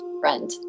friend